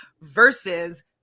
versus